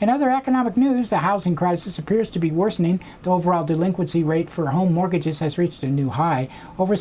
and other economic news the housing crisis appears to be worsening the overall delinquency rate for home mortgages has reached a new high over